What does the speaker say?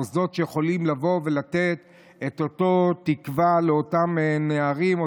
מוסדות שיכולים לתת את אותה תקווה לאותם נערים,